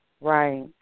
Right